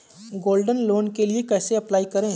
Gold loan के लिए कैसे अप्लाई करें?